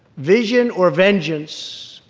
vision or vengeance,